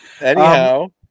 Anyhow